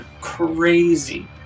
crazy